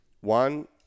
One